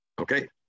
Okay